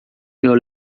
meu